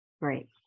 right